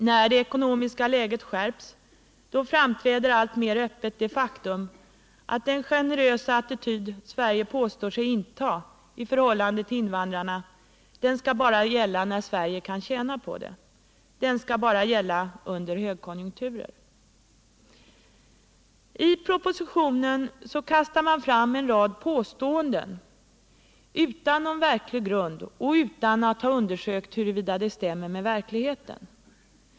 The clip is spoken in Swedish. När det ekonomiska läget skärps framträder alltmer öppet det faktum att den generösa attityd Sverige påstår sig inta i förhållande till invandrarna skall gälla bara när Sverige kan tjäna på det — den skall gälla bara under högkonjunkturer. 29 I propositionen kastar man fram en rad påståenden som saknar verklig grund, och detta utan att ha undersökt huruvida de stämmer med verkligheten.